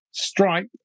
Stripe